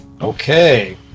Okay